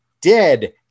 dead